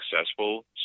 successful